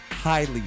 highly